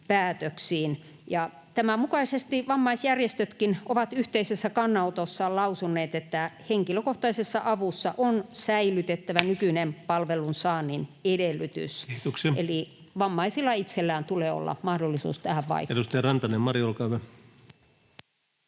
tämän mukaisesti vammaisjärjestötkin ovat yhteisessä kannanotossaan lausuneet, että henkilökohtaisessa avussa on säilytettävä nykyinen palvelun saannin edellytys. [Puhemies: Kiitoksia!] Eli vammaisilla itsellään tulee olla mahdollisuus tähän vaikuttaa.